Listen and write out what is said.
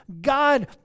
God